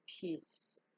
peace